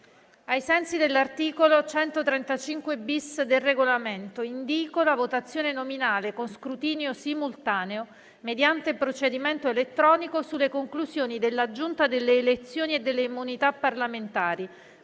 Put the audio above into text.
Ai sensi dell'articolo 135-*bis* del Regolamento, indìco la votazione nominale con scrutinio simultaneo, mediante procedimento elettronico, sulle conclusioni della Giunta delle elezioni e delle immunità parlamentari,